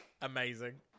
Amazing